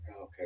okay